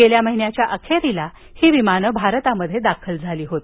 गेल्या महिन्याच्या अखेरीस ही विमानं भारतात दाखल झाली होती